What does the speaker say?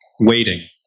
waiting